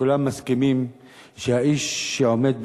שכולם מסכימים שהאיש שעומד בראשו,